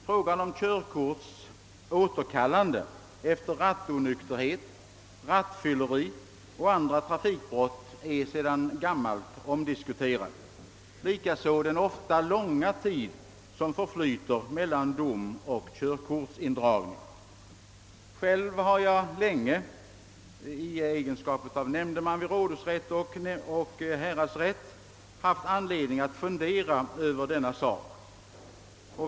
Frågan om körkorts återkallande efter rattonykterhet, rattfylleri och andra trafikbrott är sedan gammalt omdiskuterad, liksom den långa tid som ofta förflyter mellan dom och körkortsindragning. Själv har jag länge i egenskap av nämndeman vid rådhusrätt och häradsrätt haft anledning att fundera över denna sak.